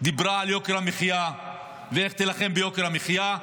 דיברה על יוקר המחיה ואיך היא תילחם ביוקר המחיה,